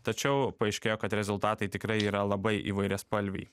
tačiau paaiškėjo kad rezultatai tikrai yra labai įvairiaspalviai